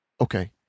Okay